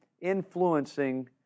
influencing